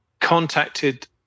contacted